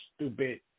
stupid